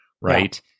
right